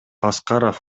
аскаров